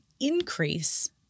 increase